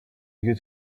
you